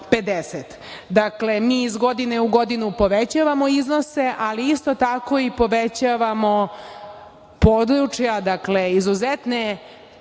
mi iz godinu u godinu povećavamo iznose, ali isto tako i povećavamo područja, dakle izuzetne